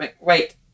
wait